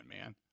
man